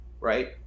right